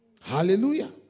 Hallelujah